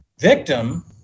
victim